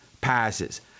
passes